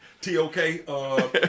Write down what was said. T-O-K